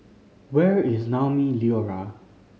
where is Naumi Liora